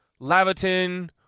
Laverton